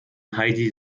heidi